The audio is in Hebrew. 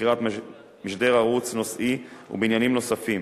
לבחירת משדר ערוץ נושאי ובעניינים נוספים.